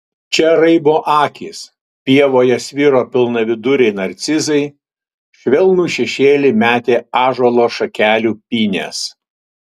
čia raibo akys pievoje sviro pilnaviduriai narcizai švelnų šešėlį metė ąžuolo šakelių pynės